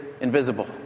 invisible